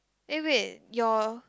eh wait your